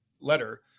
letter